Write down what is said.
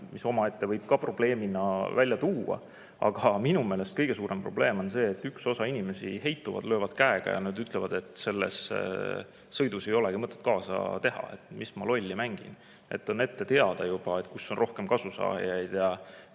mille omaette võib ka probleemina välja tuua, aga minu meelest kõige suurem probleem on see, et üks osa inimesi heitub, lööb käega. Nad ütlevad, et selles sõidus ei ole ju mõtet kaasa teha, mis ma lolli mängin, on ette teada juba, kus on rohkem kasusaajaid ja